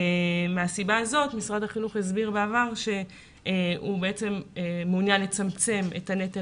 מסיבה זו משרד החינוך הסביר ואמר שהוא מונע לצמצם את הנטל